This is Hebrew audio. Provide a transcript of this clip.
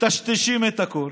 מטשטשים את הכול,